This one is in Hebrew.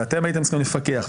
ואתם הייתם צריכים לפקח,